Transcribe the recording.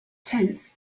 tenth